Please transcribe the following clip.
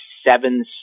Seven